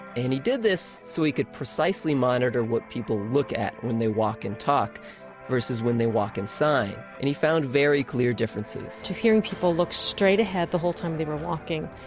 and he did this so he could precisely monitor what people look at when they and talk versus when they walk inside. and he found very clear differences two hearing people look straight ahead the whole time they were walking.